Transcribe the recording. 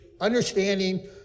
understanding